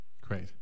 Great